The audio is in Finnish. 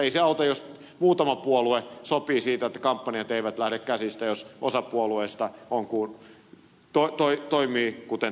ei se auta jos muutama puolue sopii siitä että kampanjat eivät lähde käsistä jos osa puolueista toimii kuten tähänkin asti